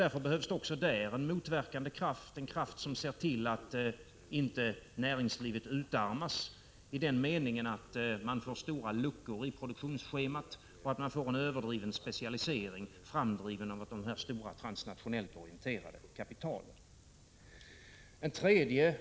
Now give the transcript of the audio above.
Därför behövs det också där en motverkande kraft som ser till att inte näringslivet utarmas i den meningen att det uppstår stora luckor i produktionsschemat och att man får en överdriven specialisering framdriven av det stora transnationellt orienterade kapitalet.